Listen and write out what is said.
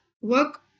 work